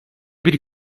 bir